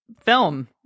film